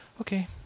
Okay